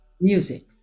Music